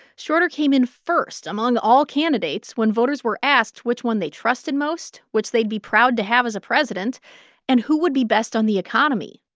schroeder came in first among all candidates when voters were asked which one they trusted most, which they'd be proud to have as a president and who would be best on the economy.